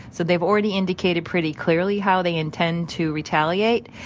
so they've already indicated pretty clearly how they intend to retaliate.